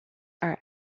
are